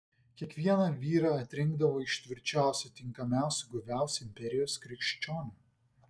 kiekvieną vyrą atrinkdavo iš tvirčiausių tinkamiausių guviausių imperijos krikščionių